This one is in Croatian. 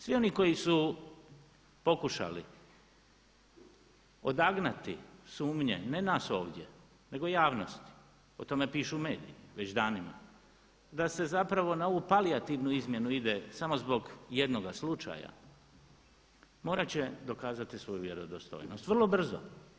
Svi oni koji su pokušali odagnati sumnje ne nas ovdje, nego javnosti, o tome pišu mediji već danima, da se na ovu palijativnu izmjenu ide samo zbog jednoga slučaja, morat će dokazati svoju vjerodostojnost, vrlo brzo.